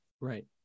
Right